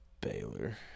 Baylor